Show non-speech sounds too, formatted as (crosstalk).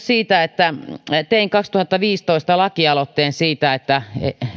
(unintelligible) siitä tein kaksituhattaviisitoista lakialoitteen siitä että